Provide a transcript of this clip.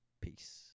Peace